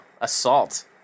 assault